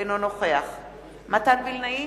אינו נוכח מתן וילנאי,